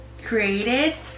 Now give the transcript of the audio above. created